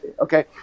Okay